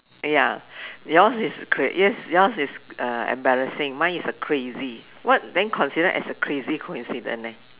ya yours is cr~ yes yours is embarrassing mine is a crazy what then considered as a crazy coincidence leh